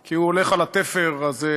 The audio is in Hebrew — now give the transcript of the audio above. כי הוא הולך על התפר הזה,